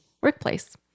workplace